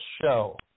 show